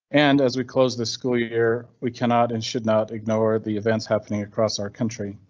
and as we close the school year, we cannot and should not ignore the events happening across our country.